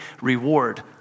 reward